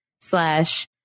slash